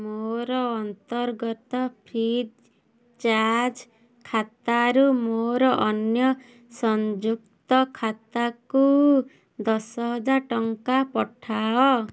ମୋର ଅନ୍ତର୍ଗତ free charge ଖାତାରୁ ମୋର ଅନ୍ୟ ସଂଯୁକ୍ତ ଖାତାକୁ ଦଶହଜାର ଟଙ୍କା ପଠାଅ